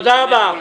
תודה רבה.